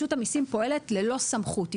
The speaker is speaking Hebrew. שרשות המסים פועלת ללא סמכות.